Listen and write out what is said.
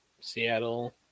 Seattle